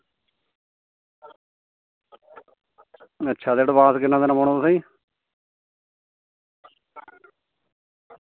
अच्छा ते अंडवास किन्ना देना पौना तुसेंगी